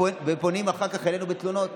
פונים אחר כך אלינו בתלונות?